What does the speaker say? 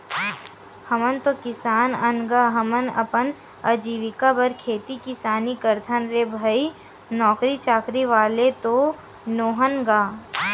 हमन तो किसान अन गा, हमन अपन अजीविका बर खेती किसानी करथन रे भई नौकरी चाकरी वाले तो नोहन गा